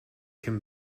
can